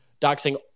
doxing